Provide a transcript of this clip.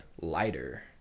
lighter